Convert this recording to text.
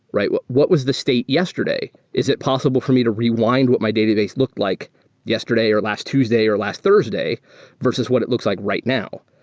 what what was the state yesterday? is it possible for me to rewind what my database looked like yesterday or last tuesday or last thursday versus what it looks like right now?